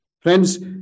Friends